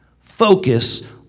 Focus